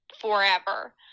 forever